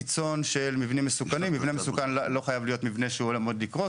מבנה מסוכן לא חייב להיות מבנה שעומד לקרוס,